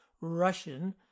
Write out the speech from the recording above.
Russian